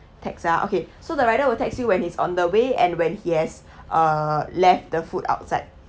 text ah okay so the rider will text when he's on the way and when he has uh left the food outside